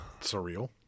surreal